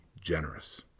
generous